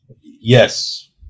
Yes